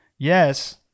Yes